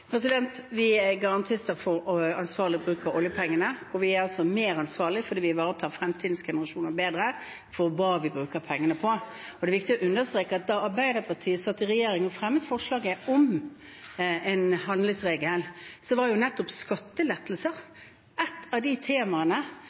Vi er garantister for ansvarlig bruk av oljepengene. Vi er mer ansvarlige fordi vi ivaretar fremtidens generasjoner bedre med hensyn til hva vi bruker pengene på. Det er viktig å understreke at da Arbeiderpartiet satt i regjering og fremmet forslaget om en handlingsregel, var nettopp skattelettelser et av de temaene